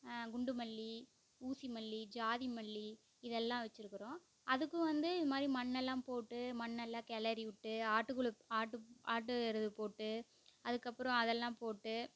குண்டு மல்லி ஊசி மல்லி ஜாதி மல்லி இதெல்லாம் வச்சி இருக்கிறோம் அதுக்கும் வந்து இது மாதிரி மண்ணெல்லாம் போட்டு மண்ணெல்லாம் கிளரி விட்டு ஆட்டுக்குளு ஆட்டு ஆட்டு எருது போட்டு அதுக்கப்புறோம் அதெல்லாம் போட்டு